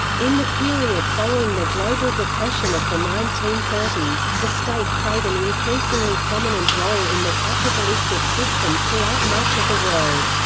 in the period following the global depression of the nineteen thirty s, the state played an increasingly prominent role in the capitalistic system throughout much of the world.